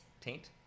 Taint